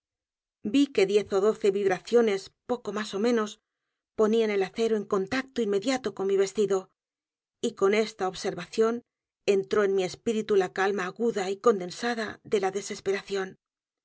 vi que diez ó doce vibraciones poco m á s ó menos ponían el acero en contacto inmediato con mi v e s t i d o y con esta observación entró en mi espíritu la calma aguda y condensada de la desesperación